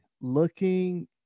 looking